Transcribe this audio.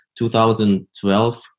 2012